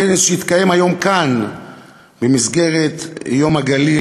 בכנס שהתקיים כאן היום במסגרת יום הגליל